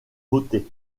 voté